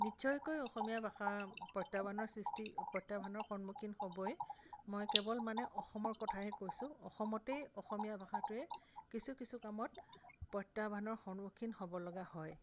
নিশ্চয়কৈ অসমীয়া ভাষা প্ৰত্যাহ্বানৰ সৃষ্টি প্ৰত্যাহ্বানৰ সন্মুখীন হ'বই মই কেৱল মানে অসমৰ কথাহে কৈছোঁ অসমতেই অসমীয়া ভাষাটোৱে কিছু কিছু কামত প্ৰত্যাহ্বানৰ সন্মুখীন হ'বলগা হয়